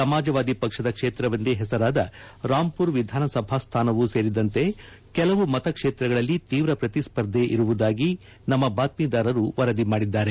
ಸಮಾಜವಾದಿ ಪಕ್ಷದ ಕ್ಷೇತ್ರವೆಂದೇ ಹೆಸರಾದ ರಾಂಪುರ್ ವಿಧಾನಸಭಾ ಸ್ಥಾನವೂ ಸೇರಿದಂತೆ ಕೆಲವು ಮತ ಕ್ಷೇತ್ರಗಳಲ್ಲಿ ತೀವ್ರ ಪ್ರತಿಸ್ಪರ್ಧೆ ಇರುವುದಾಗಿ ನಮ್ಮ ಬಾತ್ವೀದಾರರು ವರದಿ ಮಾಡಿದ್ದಾರೆ